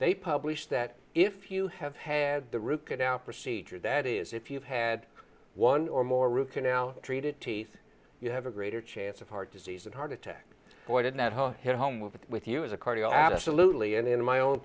they published that if you have had the root canal procedure that is if you've had one or more root canal treated teeth you have a greater chance of heart disease and heart attack but in that home with you as a cardio absolutely and in my own